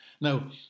Now